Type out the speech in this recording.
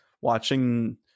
Watching